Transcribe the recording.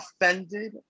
offended